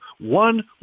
One